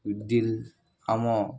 ଦିଲ୍ ଆମ